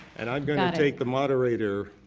and i'm going to take the moderator.